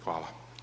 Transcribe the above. Hvala.